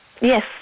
Yes